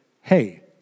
hey